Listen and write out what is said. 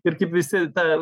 ir kaip visi tą